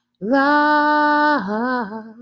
love